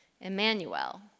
Emmanuel